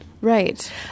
Right